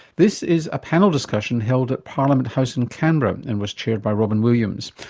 this is a panel discussion held at parliament house in canberra and was chaired by robyn williams.